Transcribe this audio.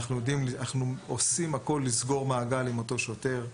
אנחנו עושים הכל כדי לסגור מעגל עם אותו שוטר.